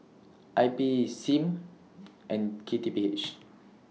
I P SIM and K T P H